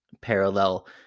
parallel